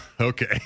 okay